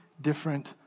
different